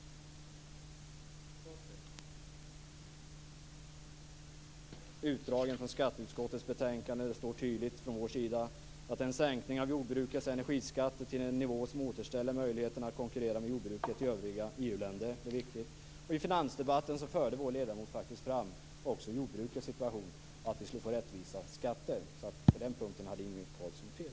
Jag har utdrag från skatteutskottets betänkande där det sägs tydligt från vår sida att en sänkning av jordbrukets energiskatt till en nivå som återställer möjligheterna att konkurrera med jordbruket i övriga EU-länder är viktig. I finansdebatten förde vår ledamot faktiskt fram också jordbrukets situation och att vi skulle få rättvisa skatter. På den punkten hade alltså Inge Carlsson fel.